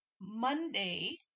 Monday